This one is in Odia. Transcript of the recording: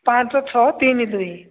ପାଞ୍ଚ ଛଅ ତିନି ଦୁଇ